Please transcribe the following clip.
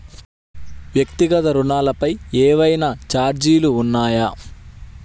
వ్యక్తిగత ఋణాలపై ఏవైనా ఛార్జీలు ఉన్నాయా?